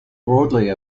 broadly